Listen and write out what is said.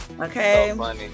Okay